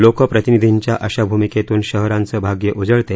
लोकप्रतिनिधींच्या अशा भूमिकेतून शहरांचे भाग्य उजळते